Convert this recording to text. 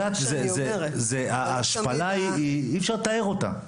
ההשפלה אי-אפשר לתאר אותה.